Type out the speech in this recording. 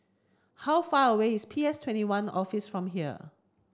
how far away is P S Twenty one Office from here